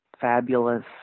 fabulous